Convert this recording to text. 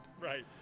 Right